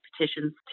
petitions